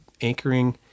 anchoring